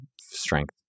strength